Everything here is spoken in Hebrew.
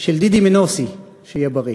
של דידי מנוסי, שיהיה בריא.